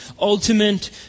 ultimate